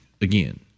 again